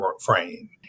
frame